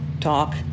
talk